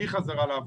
אי חזרה לעבודה.